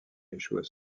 échouent